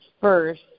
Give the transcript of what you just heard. first